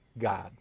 God